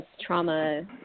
trauma